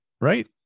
right